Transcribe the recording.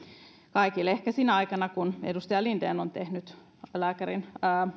kaikille ehkä sinä aikana kun edustaja linden on lääkärin